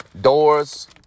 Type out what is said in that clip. Doors